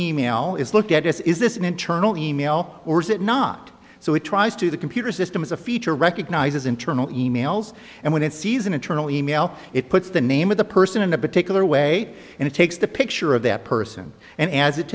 email is look at this is this an internal e mail or is it not so it tries to the computer system is a feature recognizes internal e mails and when it sees an internal e mail it puts the name of the person in a particular way and it takes the picture of that person and as it